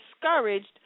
discouraged